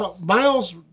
Miles